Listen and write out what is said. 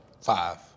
Five